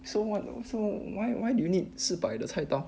so what so why why do you need 四百的菜刀